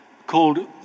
called